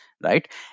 right